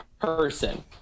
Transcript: person